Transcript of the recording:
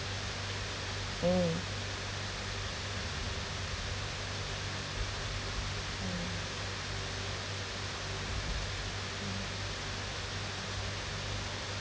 mm mm mm